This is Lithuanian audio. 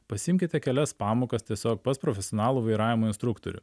pasiimkite kelias pamokas tiesiog pas profesionalų vairavimo instruktorių